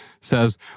says